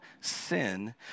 sin